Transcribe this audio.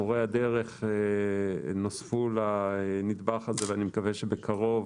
מורי הדרך נוספו לנדבך הזה, ואני מקווה שבקרוב